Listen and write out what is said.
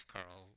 Carl